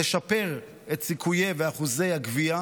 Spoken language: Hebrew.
תשפר את סיכויי ואחוזי הגבייה